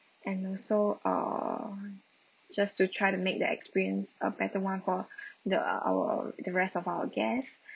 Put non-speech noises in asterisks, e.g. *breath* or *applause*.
and also err just to try to make the experience a better one for *breath* the our the rest of our guests